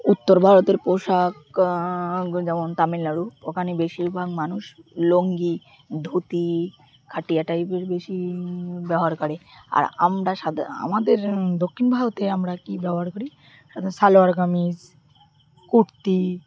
উত্তর ভারতের পোশাক যেমন তামিলনাড়ু ওখানে বেশিরভাগ মানুষ লঙ্গি ধুতি খাটিয়া টাইপের বেশি ব্যবহার করে আর আমরাাদা আমাদের দক্ষিণ ভারতে আমরা কী ব্যবহার করি সাণ শালোয়ার কামিজ কুর্তি